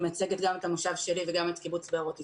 אני מייצגת גם את המושב שלי וגם את קיבוץ בארות יצחק.